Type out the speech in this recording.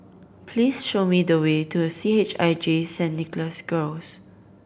please show me the way to C H I J Saint Nicholas Girls